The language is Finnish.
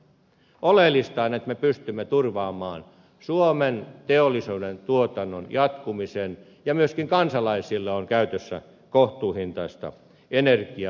oleellista on että me pystymme turvaamaan suomen teollisuuden tuotannon jatkumisen ja sen että myöskin kansalaisilla on käytössä kohtuuhintaista energiaa